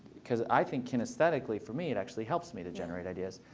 because i think kinesthetically for me it actually helps me to generate ideas.